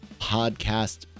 podcast